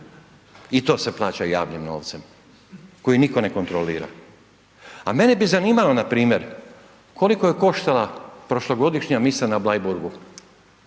i to se plaća javnim novcem koji nitko ne kontrolira. A mene bi zanimalo npr. koliko je koštala prošlogodišnja misa na Bleiburgu,